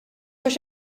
għax